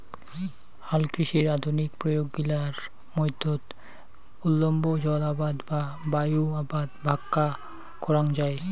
হালকৃষির আধুনিক প্রয়োগ গিলার মধ্যত উল্লম্ব জলআবাদ বা বায়ু আবাদ ভাক্কা করাঙ যাই